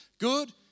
good